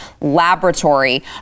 laboratory